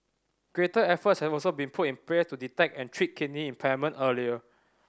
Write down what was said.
greater efforts have also been put in place to detect and treat kidney impairment earlier